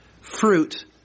fruit